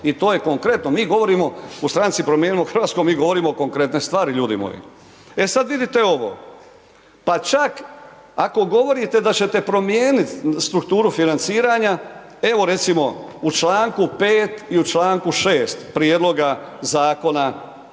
i to je konkretno, mi govorimo u Stranci promijenimo Hrvatsku, mi govorimo konkretne stvari ljudi moji. E sad vidite ovo, pa čak ako govorite da ćete promijenit strukturu financiranja, evo recimo u čl. 5. i u čl. 6. prijedloga Zakona o